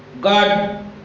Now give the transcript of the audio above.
God